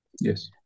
Yes